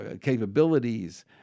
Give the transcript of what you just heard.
capabilities